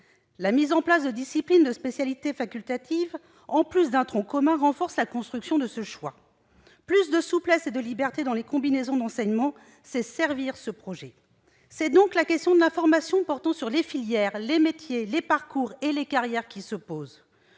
La mise en place de disciplines de spécialités facultatives, en plus d'un tronc commun, renforce la construction de ce choix. Prévoir plus de souplesse et de liberté dans les combinaisons d'enseignement, c'est servir ce projet. Se pose donc tout naturellement la question de l'information sur les filières, les métiers, les parcours et les carrières. Pour